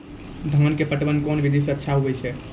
धान के पटवन कोन विधि सै अच्छा होय छै?